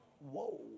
Whoa